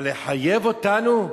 אבל לחייב אותנו?